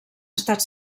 estat